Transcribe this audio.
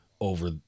over